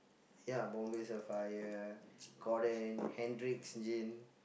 ya Bombay-Sapphire Gordon Hendrick's gin